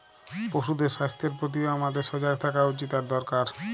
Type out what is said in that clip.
পশুদের স্বাস্থ্যের প্রতিও হামাদের সজাগ থাকা উচিত আর দরকার